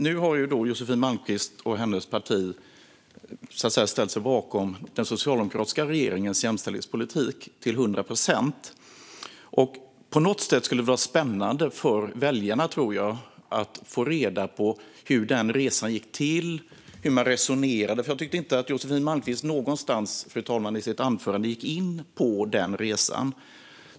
Nu har dock Josefin Malmqvist och hennes parti ställt sig bakom den socialdemokratiska regeringens jämställdhetspolitik till hundra procent. Jag tror att det skulle vara spännande för väljarna att få reda på hur den resan gick till och hur man resonerade. Jag tyckte inte att Josefin Malmqvist någonstans i sitt anförande, fru talman, gick in på den resan.